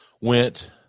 went